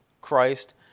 Christ